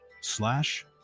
slash